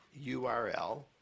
URL